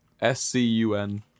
S-C-U-N